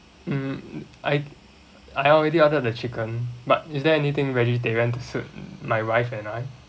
mm I I already ordered the chicken but is there anything vegetarian to suit my wife and I